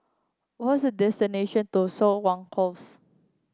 what's to Siok Wan Close